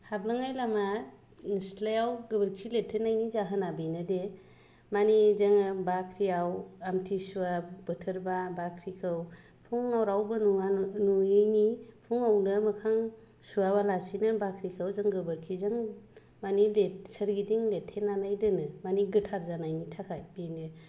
हाबलांनाय लामा सिथ्लायाव गोबोरखि लिरथेनायनि जाहोना बेनोदि माने जोङो बख्रियाव आमथि सुवा बोथोरबा बाख्रिखौ फुङाव रावबो नुवा नुवैनि फुङावनो मोखां सुवालाबासिनो बाख्रिखौ जों गोबोरखिजों माने सोरगिदिं लिरथेनानै दोनो माने गोथार जानानै थानायनि थाखाय बेनो